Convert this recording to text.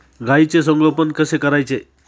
गाईचे संगोपन कसे करायचे?